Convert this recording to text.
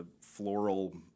floral